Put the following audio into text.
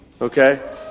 Okay